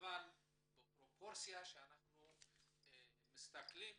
אבל בפרופורציה כשאנחנו מסתכלים,